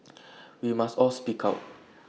we must all speak out